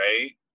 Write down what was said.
right